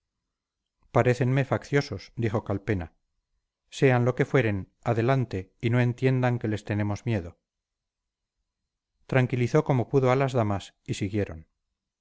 fusil parécenme facciosos dijo calpena sean lo que fueren adelante y no entiendan que les tenemos miedo tranquilizó como pudo a las damas y siguieron